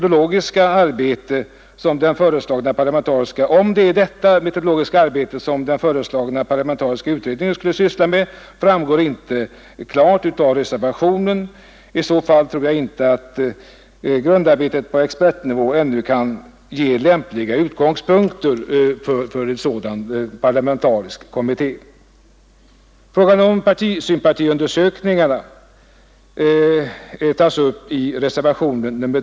Om det är detta metodologiska arbete som den föreslagna parlamentariska utredningen skulle syssla med framgår inte klart av reservationen. I så fall tror jag inte att grundarbetet på expertnivå ännu kan ge lämpliga utgångspunkter för en sådan parlamentarisk kommitté. Frågan om partisympatiundersökningarna tas upp i reservationen 3.